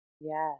Yes